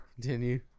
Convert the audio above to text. Continue